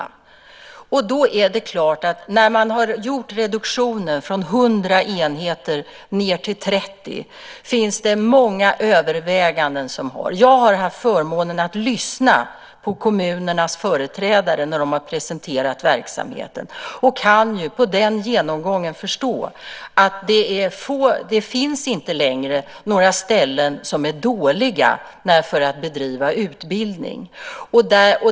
Det är klart att det har gjorts många överväganden när man har gjort reduktionen från 100 enheter ned till 30. Jag har haft förmånen att lyssna på kommunernas företrädare när de har presenterat verksamheten. Jag kan på den genomgången förstå att det inte längre finns några ställen som är dåliga för att bedriva utbildning.